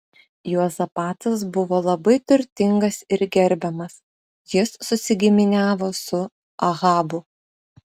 juozapatas buvo labai turtingas ir gerbiamas jis susigiminiavo su ahabu